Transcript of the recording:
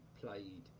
played